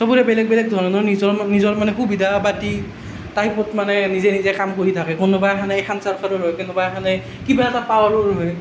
চবৰে বেলেগ বেলেগ ধৰণৰ নিজৰ নিজৰ মানে সুবিধাবাদী টাইপত মানে নিজে নিজে কাম কৰি থাকে কোনোবা এখনে এইখন চৰকাৰৰ হৈ কোনোবা এখনে কিবা এটা পাৱাৰক লৈ